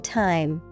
time